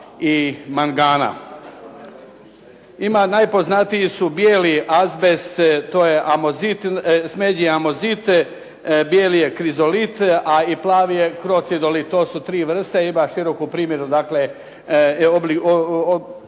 i mangana. Ima najpoznatiji su bijeli azbest, to je smeđi amozit, bijeli je krizolit, a i plavi ... to su tri vrste. Ima široku primjenu. Na